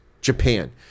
Japan